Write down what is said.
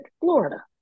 Florida